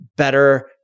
better